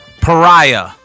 Pariah